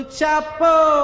chapel